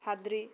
सादोर